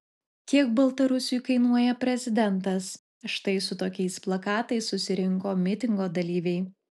kiek baltarusiui kainuoja prezidentas štai su tokiais plakatais susirinko mitingo dalyviai